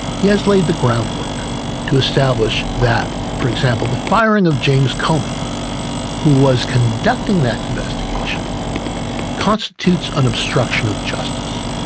he has laid the ground work to establish that, for example, the firing of james comey who was conducting that investigation constitutes an obstruction of justice.